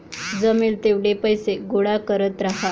जमेल तेवढे पैसे गोळा करत राहा